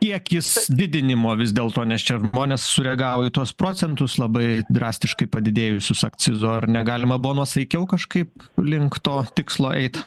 į akis didinimo vis dėl to nes čia žmonės sureagavo į tuos procentus labai drastiškai padidėjusius akcizo ar negalima buvo nuosaikiau kažkaip link to tikslo eit